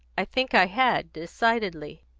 i think i had, decidedly,